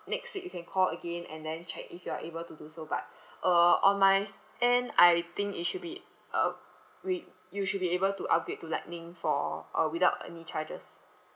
next week you can call again and then check if you are able to do so but uh on my s~ end I think it should be uh we you should be able to upgrade to lightning for uh without any charges